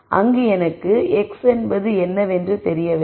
அங்கு எனக்கு x என்பது என்னவென்று தெரியவில்லை